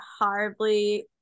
horribly